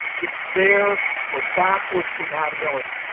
it's there for backwards compatibility.